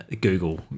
Google